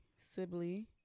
Sibley